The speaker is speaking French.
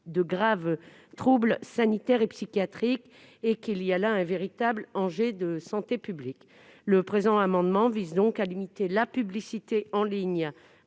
de graves troubles sanitaires et psychiatriques et qu'il y a là un véritable enjeu de santé publique. Le présent amendement vise donc à limiter la publicité en ligne,